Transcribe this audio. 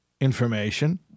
information